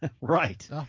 Right